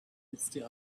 instead